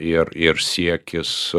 ir ir siekis